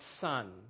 Son